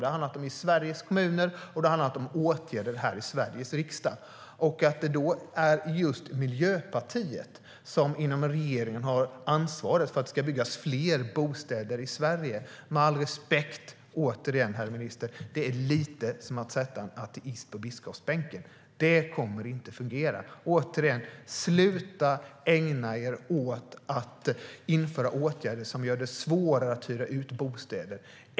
Det har handlat om Sveriges kommuner, och det har handlat om åtgärder här i Sveriges riksdag. Att det då är just Miljöpartiet som inom regeringen har ansvaret för att det ska byggas fler bostäder i Sverige är, med all respekt herr minister, lite grann som att sätta en ateist på biskopsbänken. Det kommer inte att fungera. Sluta att ägna er åt att vidta åtgärder som gör det svårare att hyra ut bostäder!